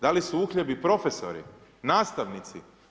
Da li su uhljebi profesori, nastavnici?